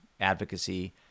advocacy